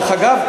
דרך אגב,